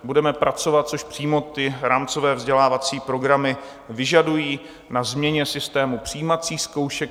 Budeme pracovat což přímo ty rámcové vzdělávací programy vyžadují na změně systému přijímacích zkoušek.